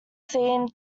scene